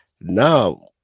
now